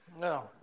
no